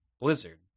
Blizzard